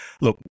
look